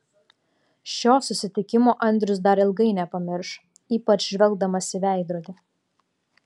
šio susitikimo andrius dar ilgai nepamirš ypač žvelgdamas į veidrodį